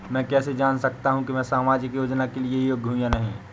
मैं कैसे जान सकता हूँ कि मैं सामाजिक योजना के लिए योग्य हूँ या नहीं?